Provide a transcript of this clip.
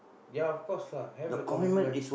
ya of course lah have the commitment